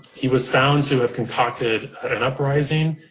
he was found to have concocted an uprising.